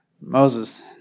Moses